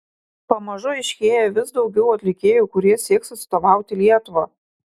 pamažu aiškėja vis daugiau atlikėjų kurie sieks atstovauti lietuvą